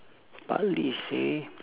bartley seh